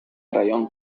район